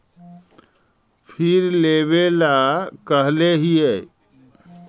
फिर लेवेला कहले हियै?